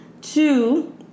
Two